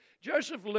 Joseph